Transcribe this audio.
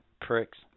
Pricks